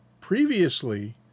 previously